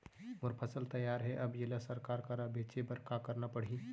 मोर फसल तैयार हे अब येला सरकार करा बेचे बर का करना पड़ही?